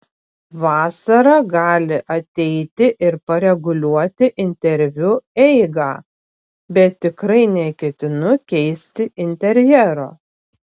vasara gali ateiti ir pareguliuoti interviu eigą bet tikrai neketinu keisti interjero